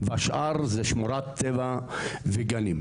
והשאר זה שמורת טבע וגנים.